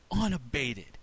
unabated